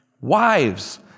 Wives